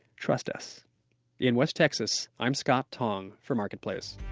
trust us in west texas, i'm scott tong for marketplace